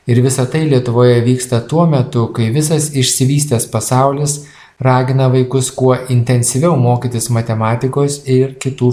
ir visa tai lietuvoje vyksta tuo metu kai visas išsivystęs pasaulis ragina vaikus kuo intensyviau mokytis matematikos ir kitų